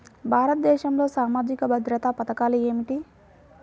భారతదేశంలో సామాజిక భద్రతా పథకాలు ఏమిటీ?